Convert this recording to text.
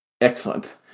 Excellent